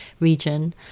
region